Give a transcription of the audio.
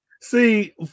See